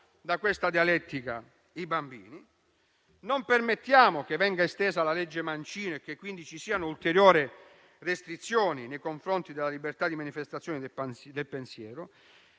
da questa dialettica, non permettiamo che venga estesa la legge Mancino e che quindi ci siano ulteriori restrizioni nei confronti della libertà di manifestazione del pensiero;